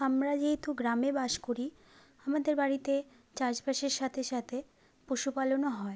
আমরা যেহেতু গ্রামে বাস করি আমাদের বাড়িতে চাষবাসের সাথে সাথে পশুপালনও হয়